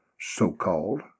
so-called